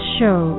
show